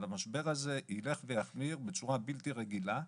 והמשבר הזה ילך ויחמיר בצורה בלתי רגילה,